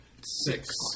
Six